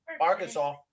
Arkansas